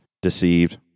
deceived